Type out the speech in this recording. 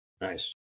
Nice